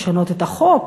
לשנות את החוק,